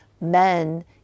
men